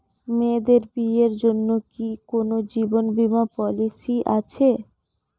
মেয়েদের বিয়ের জন্য কি কোন জীবন বিমা পলিছি আছে?